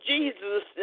Jesus